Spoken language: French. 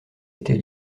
été